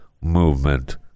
movement